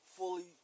fully